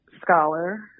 scholar